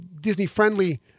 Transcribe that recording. Disney-friendly